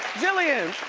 jillian,